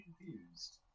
confused